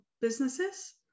businesses